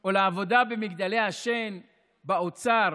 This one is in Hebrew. או לעבודה במגדלי השן באוצר,